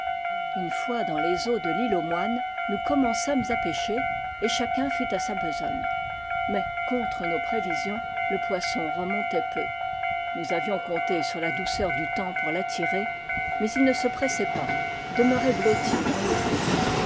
une fois dans les eaux de l'île aux moines nous commen çâmes à pêcher et chacun fut à sa besogne mais contre nos prévisions le poisson remontait peu nous avions compté sur la douceur du temps pour l'attirer mais il ne se pressait pas demeurait blotti dans les fonds